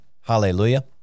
Hallelujah